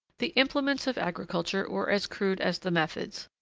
the implements of agriculture were as crude as the methods.